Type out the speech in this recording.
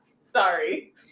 Sorry